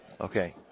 Okay